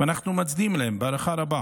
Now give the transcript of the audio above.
ואנחנו מצדיעים להם בהערכה רבה,